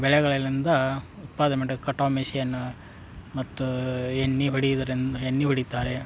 ಬೆಳೆಗಳಿಂದ ಉತ್ಪಾದೆ ಮಟ ಕಟಾವು ಮೆಸೀನ್ನು ಮತ್ತು ಎಣ್ಣೆ ಹೊಡಿಯುವುದ್ರಿಂದ ಎಣ್ಣೆ ಹೊಡೀತಾರೆ